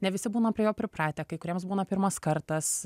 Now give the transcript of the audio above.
ne visi būna prie jo pripratę kai kuriems būna pirmas kartas